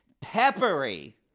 Peppery